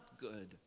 good